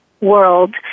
world